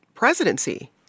presidency